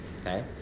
okay